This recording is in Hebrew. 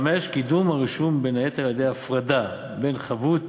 5. קידום הרישום, בין היתר על-ידי הפרדה בין חבות